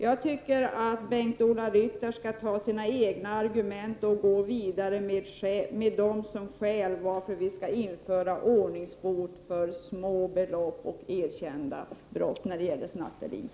Jag tycker att Bengt-Ola Ryttar skall gå vidare med sina egna argument och anföra dem som skäl till varför det skall införas ordningsbot för erkända snatterier för små belopp.